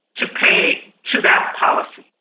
to pay to that policy,